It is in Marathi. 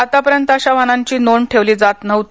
आतापर्यंत अशा वाहनांची नोंद ठेवली जात नव्हती